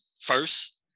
first